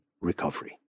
recovery